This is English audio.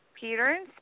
Peter